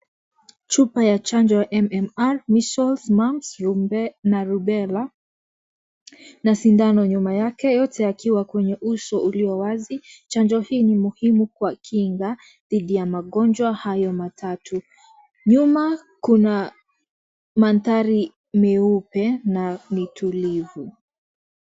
Chupa ya chanjo ya MMR measeles, mumps na rubellaa vacinne na sindano nyuma yake yote yakiwa kwenye uso ulio wazi, chanjo hiini muhimu kwa kinga dhidhi ya magaonjwa hayo matatu ,nyuma kuna manthari meupe na ni tulivu.